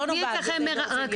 לא נוגעת באופן ישיר.